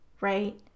right